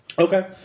Okay